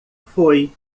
foi